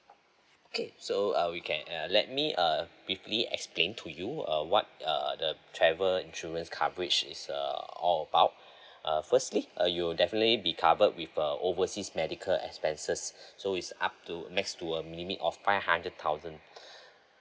okay so uh we can uh let me err briefly explain to you uh what uh the travel insurance coverage is uh all about uh firstly uh you'll definitely be covered with err overseas medical expenses so it's up to max to a limit of five hundred thousand